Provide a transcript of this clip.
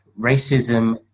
racism